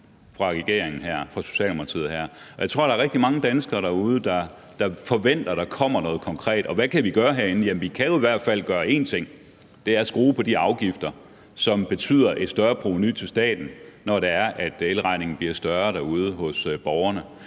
fra regeringen, altså fra Socialdemokratiets side her, og jeg tror, at der er rigtig mange danskere derude, der forventer, at der kommer noget konkret. Og hvad kan vi gøre herinde? Ja, vi kan jo i hvert fald gøre én ting, og det er at skrue på de afgifter, som betyder et større provenu til staten, når det er, at elregningen hos borgerne derude bliver